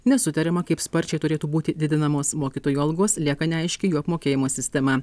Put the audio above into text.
nesutariama kaip sparčiai turėtų būti didinamos mokytojų algos lieka neaiški jų apmokėjimo sistema